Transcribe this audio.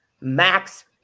Max